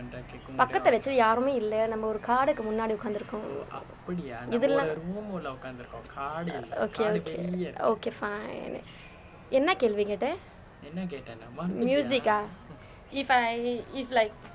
பக்கத்தில:pakkathila actually யாருமே இல்லை நம்ம ஒரு காட்டுக்கு முன்னாடி உட்கார்ந்து இருக்கிறோம் இது எல்லாம்:yaarume illai namma oru kaadukku munnaadi utkarnthu irukirom ithu ellaam okay okay okay fine என்ன கேள்வி கேட்ட:enna kaelvi ketta music ah if I if like